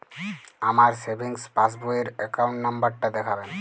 আমার সেভিংস পাসবই র অ্যাকাউন্ট নাম্বার টা দেখাবেন?